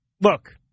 Look